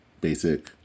basic